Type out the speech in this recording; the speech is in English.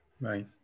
Right